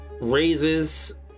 raises